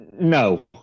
No